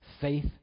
faith